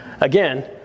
Again